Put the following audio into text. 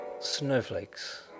snowflakes